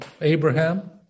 Abraham